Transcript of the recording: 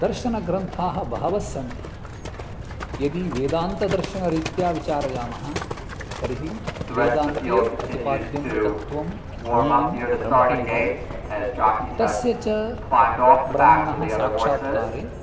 दर्शनग्रन्थाः बहवस्सन्ति यदि वेदान्तदर्शनरीत्या विचारायामः तर्हि वेदान्ते प्रतिपाद्यं तत्त्वं ज्ञेयं ब्रह्मैव तस्य च ब्रह्मणः साक्षात्कारे